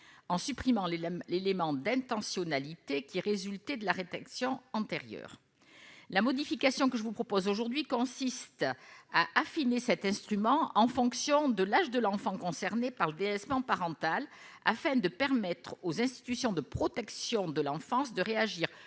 en supprimant les l'élément d'intentionnalité qui résulter de la rédaction antérieure. La modification que je vous propose, aujourd'hui, consiste à affiner cet instrument en fonction de l'âge de l'enfant concerné par le délaissement parental afin de permettre aux institutions de protection de l'enfance de réagir